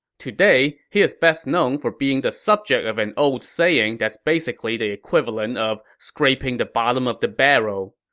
today, he's best known for being the subject of an old saying that's basically the equivalent of scraping the bottom of the barrel.